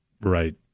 right